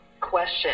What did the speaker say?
Question